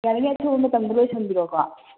ꯌꯥꯔꯤꯉꯩ ꯑꯊꯨꯕ ꯃꯇꯝꯗ ꯂꯣꯏꯁꯟꯕꯤꯔꯛꯑꯣꯀꯣ